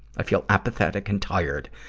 i feel apathetic and tired,